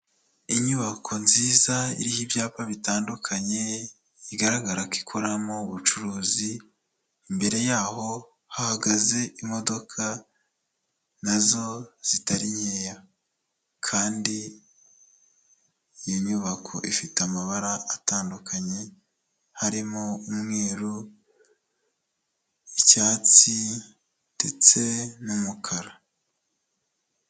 Inyubako nziza iriho ibyapa bitandukanye bigaragara ko ikoreramo ubucuruzi, imbere yaho hahagaze imodoka nazo zitari nkeya kandi iyi nyubako ifite amabara atandukanye harimo umweru, icyatsi ndetse n'umukara.